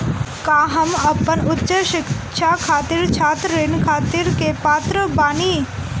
का हम अपन उच्च शिक्षा खातिर छात्र ऋण खातिर के पात्र बानी?